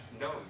No